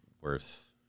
worth